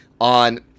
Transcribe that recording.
on